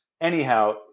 Anyhow